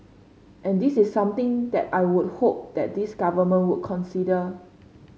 and this is something that I would hope that this Government would consider